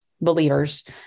believers